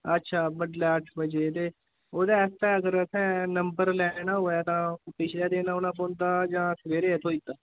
अच्छा बड्डलै अट्ठ बजे ते ओह्दे आस्तै अगर असें नंबर लैना होए तां पिछलै दिन औना पौंदा जां सवेरे गै थ्होई जंदा